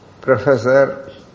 Professor